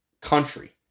country